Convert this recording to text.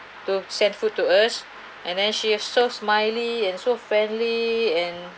to send food to us and then she have so smiley and so friendly and